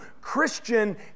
Christian